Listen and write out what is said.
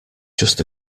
just